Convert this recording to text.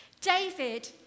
David